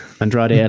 Andrade